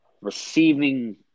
Receiving